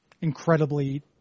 incredibly